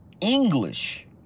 English